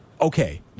okay